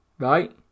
Right